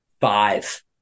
five